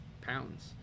pounds